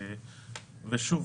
ושוב,